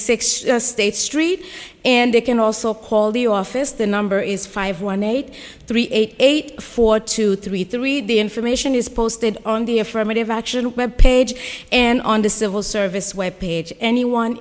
six states street and they can also call the office the number is five one eight three eight eight four two three three the information is posted on the affirmative action web page and on the civil service web page anyone